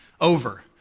over